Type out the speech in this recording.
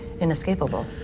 inescapable